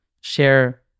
share